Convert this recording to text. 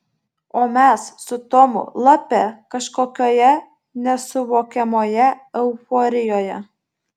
o mes su tomu lape kažkokioje nesuvokiamoje euforijoje